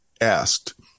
asked